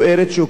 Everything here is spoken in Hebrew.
שהוקמה,